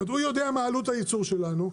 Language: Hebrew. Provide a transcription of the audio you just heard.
זאת אומרת הוא יודע מה עלות הייצור שלנו,